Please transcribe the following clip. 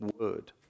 word